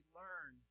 learn